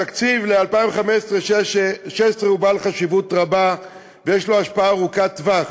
התקציב ל-2015 2016 הוא בעל חשיבות רבה ויש לו השפעה ארוכת-טווח.